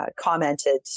commented